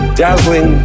dazzling